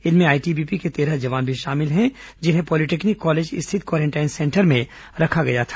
इनमें आईटीबीपी के तेरह जवान भी शामिल हैं जिन्हें पॉलीटेक्निक कॉलेज स्थित क्वारेंटाइन सेंटर में रखा गया था